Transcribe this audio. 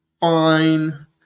fine